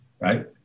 right